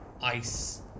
ice